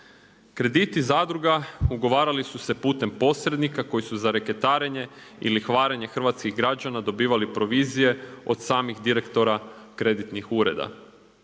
Krediti zadruga ugovarali su se putem posrednika koji su za reketarenje i lihvarenje hrvatskih građana dobivali provizije od samih direktora kreditnih ureda.